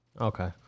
Okay